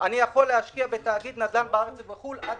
ואני יכול להשקיע בתאגיד נדל"ן בארץ או בחו"ל עד